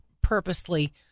purposely